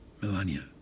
Melania